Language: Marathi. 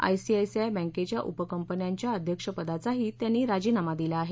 I C I C I बँकेच्या उपकंपन्यांच्या अध्यक्षपदाचाही त्यांनी राजीनामा दिला आहे